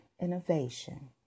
innovation